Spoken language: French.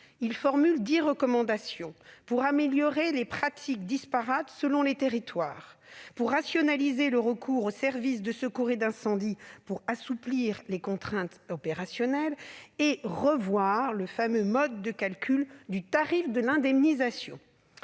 Il formule dix recommandations pour améliorer les pratiques, trop disparates selon les territoires, pour rationaliser le recours aux services de secours et d'incendie, pour assouplir les contraintes opérationnelles et pour revoir le fameux mode de calcul du tarif de l'indemnisation.